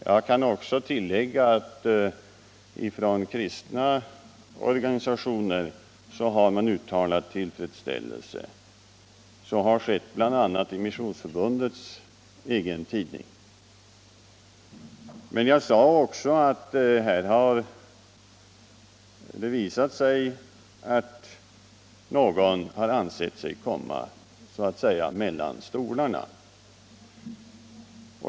Jag kan tillägga att man också bland kristna organisationer har uttalat tillfredsställelse med systemet. Så har skett bl.a. i Missionsförbundets egen tidning. Men jag sade också att någon ansett sig ha hamnat så att säga mellan två stolar.